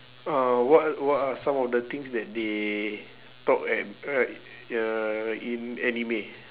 uh what what are some of the things that they taught at right ya in anime